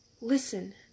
listen